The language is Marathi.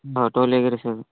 हा टोल वगैरे सगळं